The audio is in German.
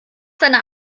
seiner